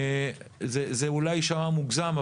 זה אולי יישמע מוגזם,